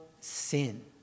sin